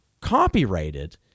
copyrighted